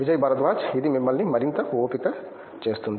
విజయ్ భరద్వాజ్ ఇది మిమ్మల్ని మరింత ఓపిక చేస్తుంది